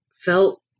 felt